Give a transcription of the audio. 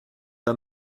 pas